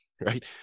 right